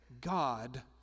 God